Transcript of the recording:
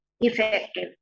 effective